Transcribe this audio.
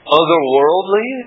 otherworldly